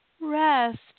rest